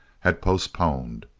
had postponed.